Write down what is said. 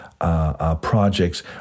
projects